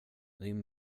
din